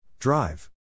Drive